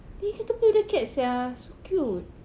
then you get to play with the cats sia so cute